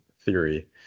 theory